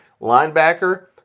Linebacker